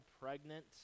pregnant